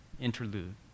interlude